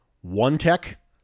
one-tech